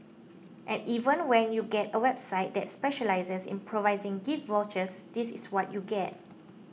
and even when you get a website that specialises in providing gift vouchers this is what you get